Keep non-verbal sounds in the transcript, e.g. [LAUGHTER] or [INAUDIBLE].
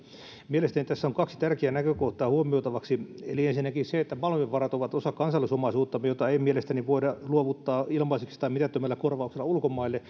mielestäni tässä on kaksi tärkeää näkökohtaa huomioitavaksi ensinnäkin on se että malmivarat ovat osa kansallisomaisuuttamme jota ei mielestäni voida luovuttaa ilmaiseksi tai mitättömällä korvauksella ulkomaille [UNINTELLIGIBLE]